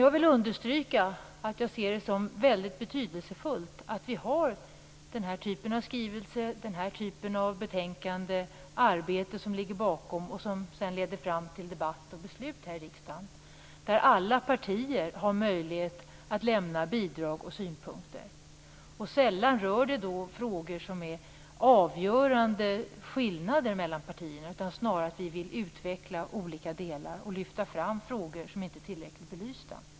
Jag vill understryka att jag ser det som väldigt betydelsefullt att vi har den här typen av skrivelse, betänkande och arbete som ligger bakom och som leder fram till debatt och beslut här i riksdagen, där alla partier har möjlighet att lämna bidrag och synpunkter. Sällan rör det frågor där det finns avgörande skillnader mellan partierna. Snarare vill vi utveckla olika delar och lyfta fram frågor som inte är tillräckligt belysta.